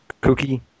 Cookie